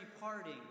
parting